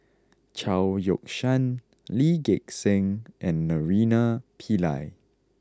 Chao Yoke San Lee Gek Seng and Naraina Pillai